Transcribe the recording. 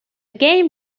game